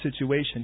situation